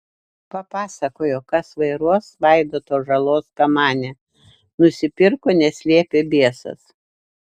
papasakojo kas vairuos vaidoto žalos kamanę nusipirko nes liepė biesas